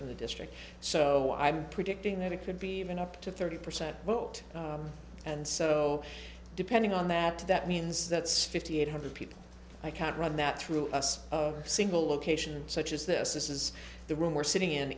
from the district so i'm predicting that it could be even up to thirty percent vote and so depending on that that means that's fifty eight hundred people i can't run that through us of a single location such as this this is the room we're sitting in